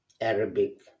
arabic